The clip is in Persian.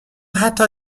حتی